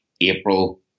April